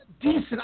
decent